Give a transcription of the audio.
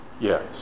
Yes